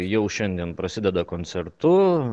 jau šiandien prasideda koncertu